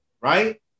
right